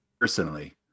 Personally